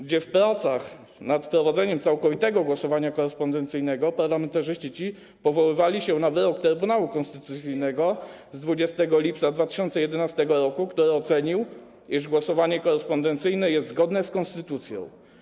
gdzie w pracach nad wprowadzeniem całkowitego głosowania korespondencyjnego parlamentarzyści ci powoływali się na wyrok Trybunału Konstytucyjnego z 20 lipca 2011 r., który ocenił, iż głosowanie korespondencyjne jest zgodne z konstytucją.